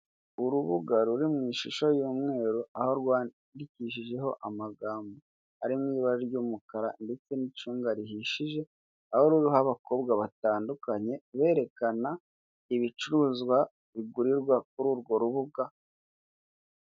Urubuga ruri mu ishusho y'umweru aho rwandikishijeho amagambo ari mu ibara ry'umukara ndetse n'icunga rihishije, aho ruriho abakobwa batandukanye berekana ibicuruzwa bigurirwa kuri urwo rubuga.